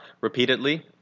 repeatedly